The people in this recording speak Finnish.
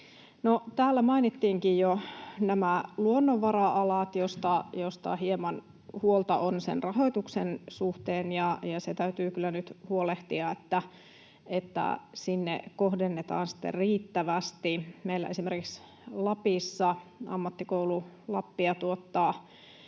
täällä mainittiinkin jo nämä luonnonvara-alat, joista hieman huolta on sen rahoituksen suhteen. Siitä täytyy kyllä nyt huolehtia, että sinne kohdennetaan sitten riittävästi. Meillä esimerkiksi Lapissa ammattikoulu Lappia kouluttaa